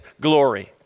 glory